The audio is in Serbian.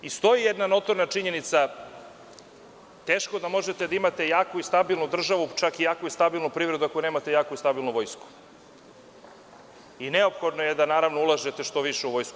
Stoji jedna notorna činjenica, teško da možete da imate jaku i stabilnu državu, čak i jaku i stabilnu privredu ako nemate jaku i stabilnu vojsku i neophodno je da naravno da ulažete što više u vojsku.